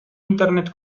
internet